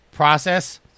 process